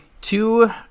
two